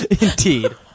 Indeed